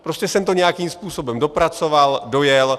Prostě jsem to nějakým způsobem dopracoval, dojel.